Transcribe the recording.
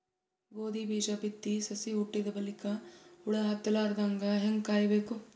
ಗೋಧಿ ಬೀಜ ಬಿತ್ತಿ ಸಸಿ ಹುಟ್ಟಿದ ಬಲಿಕ ಹುಳ ಹತ್ತಲಾರದಂಗ ಹೇಂಗ ಕಾಯಬೇಕು?